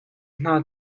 hna